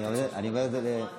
אני אומר את זה לזכותה.